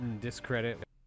discredit